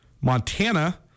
Montana